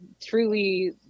truly